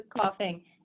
coughing